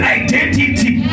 identity